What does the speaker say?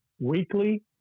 weekly